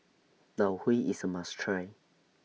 Tau Huay IS A must Try